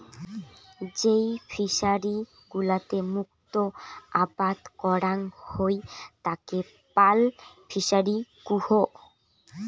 যেই ফিশারি গুলোতে মুক্ত আবাদ করাং হই তাকে পার্ল ফিসারী কুহ